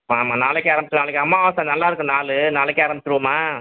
ஆமா நாளைக்கு ஆரம்பிச்சுரலாம் நாளைக்கு அமாவாச நல்லாருக்கு நாளு நாளைக்கே ஆரம்பிச்சிருவோமா